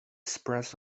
spreads